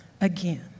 again